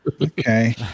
Okay